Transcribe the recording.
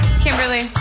Kimberly